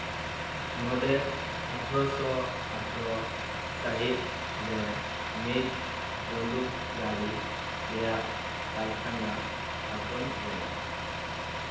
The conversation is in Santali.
ᱱᱚᱰᱮ ᱟᱴᱷᱨᱚ ᱥᱚ ᱟᱴᱷᱨᱚ ᱥᱟᱹᱦᱤᱛ ᱨᱮ ᱢᱤᱫ ᱵᱚᱱᱫᱩᱠ ᱜᱟᱹᱰᱤ ᱨᱮᱭᱟᱜ ᱠᱟᱨᱠᱷᱟᱱᱟ ᱛᱷᱟᱯᱚᱱ ᱞᱮᱱᱟ